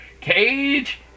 Cage